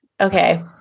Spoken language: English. okay